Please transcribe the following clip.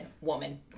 Woman